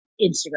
Instagram